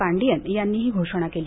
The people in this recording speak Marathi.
पांडियन यांनी ही घोषणा केली